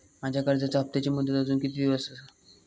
माझ्या कर्जाचा हप्ताची मुदत अजून किती दिवस असा?